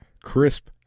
crisp